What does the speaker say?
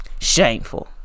Shameful